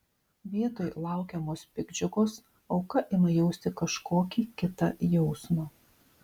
vietoj laukiamos piktdžiugos auka ima jausti kažkokį kitą jausmą